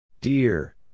Dear